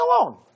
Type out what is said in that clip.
alone